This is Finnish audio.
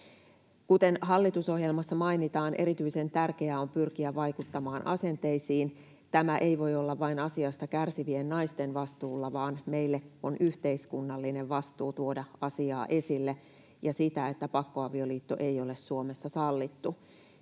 Kuten hallitusohjelmassa mainitaan, erityisen tärkeää on pyrkiä vaikuttamaan asenteisiin. Tämä ei voi olla vain asiasta kärsivien naisten vastuulla, vaan meillä on yhteiskunnallinen vastuu tuoda asiaa esille ja sitä, että pakkoavioliitto ei ole Suomessa sallittu.